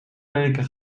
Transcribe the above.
lelijke